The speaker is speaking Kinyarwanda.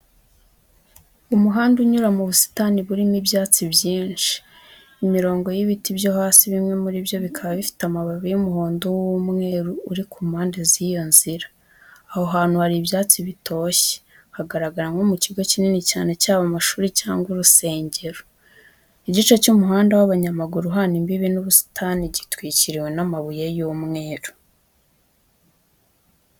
Umuhanda unyura mu busitani burimo ibyatsi byinshi. Imirongo y'ibiti byo hasi bimwe muri byo bikaba bifite amababi y'umuhondo w'umweru, uri ku mpande z'iyo nzira. Aho hantu hari ibyatsi bitoshye. Hagaragara nko mu kigo kinini cyane cyaba amashuri cyangwa urusengero. Igice cy'umuhanda w'abanyamaguru uhana imbibi n'ubusitani, gitwikiriwe n'amabuye y'umweru.